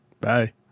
Bye